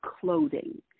clothing